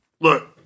look